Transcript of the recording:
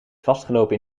vastgelopen